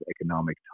economic